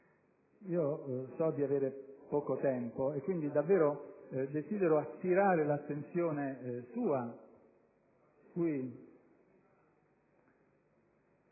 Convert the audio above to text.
So di avere poco tempo, quindi davvero desidero attirare l'attenzione sua e